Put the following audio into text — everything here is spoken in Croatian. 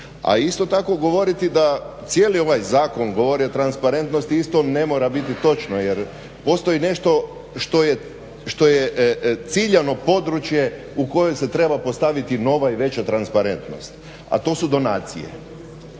A isto tako govoriti da cijeli ovaj zakon govori o transparentnosti isto ne mora biti točno jer postoji nešto što je ciljano područje u koje se treba postaviti nova i veća transparentnost, a to su donacije.